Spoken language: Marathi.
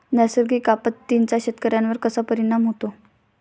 नैसर्गिक आपत्तींचा शेतकऱ्यांवर कसा परिणाम होतो?